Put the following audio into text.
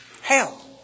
Hell